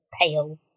pale